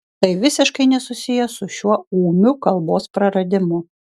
tai visiškai nesusiję su šiuo ūmiu kalbos praradimu